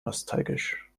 nostalgisch